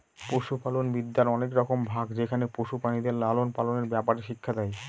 পশুপালনবিদ্যার অনেক রকম ভাগ যেখানে পশু প্রাণীদের লালন পালনের ব্যাপারে শিক্ষা দেয়